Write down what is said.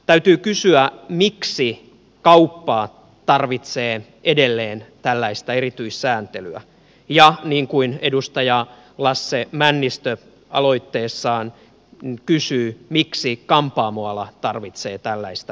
täytyy kysyä miksi kauppa tarvitsee edelleen tällaista erityissääntelyä ja niin kuin edustaja lasse männistö aloitteessaan kysyy miksi kampaamoala tarvitsee tällaista erityiskohtelua